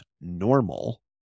normal